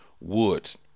Woods